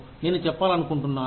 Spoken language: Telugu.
నేను చెప్పాలనుకుంటున్నాను